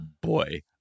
boy